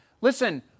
Listen